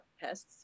pests